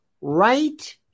right